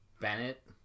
Bennett